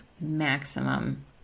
maximum